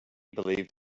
believed